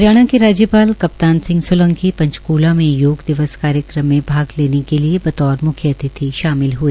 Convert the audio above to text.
हरियाणा के राज्यपाल प्रो कप्तान सिंह सोलंकी पंचकूला में योग दिवस कार्यक्रम में भाग लेने के बतौर मुख्य अतिथि शामिल हए